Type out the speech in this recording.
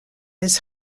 his